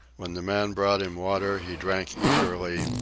when the man brought him water he drank eagerly,